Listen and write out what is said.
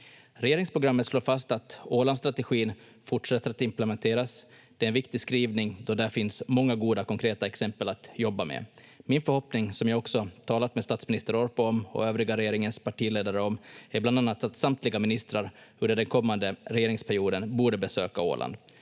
Regeringsprogrammet slår fast att Ålandsstrategin fortsätter att implementeras. Det är en viktig skrivning då där finns många goda konkreta exempel att jobba med. Min förhoppning, som jag också talat med statsminister Orpo och övriga regeringens partiledare om, är bland annat att samtliga ministrar under den kommande regeringsperioden borde besöka Åland.